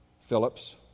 Phillips